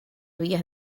vías